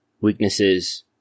weaknesses